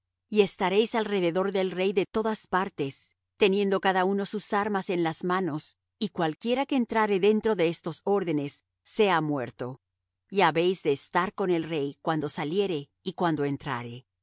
y estaréis alrededor del rey de todas partes teniendo cada uno sus armas en las manos y cualquiera que entrare dentro de estos órdenes sea muerto y habéis de estar con el rey cuando saliere y cuando entrare